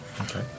Okay